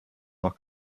noch